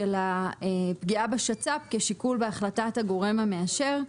הפגיעה בשצ"פ כשיקול בהחלטת הגורם המאשר.